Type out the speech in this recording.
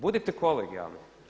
Budite kolegijalni.